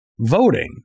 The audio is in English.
voting